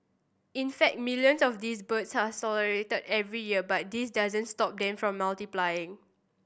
in fact millions of these birds are slaughtered every year but this doesn't stop them from multiplying